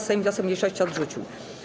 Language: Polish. Sejm wniosek mniejszości odrzucił.